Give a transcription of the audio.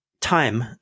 time